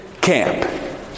camp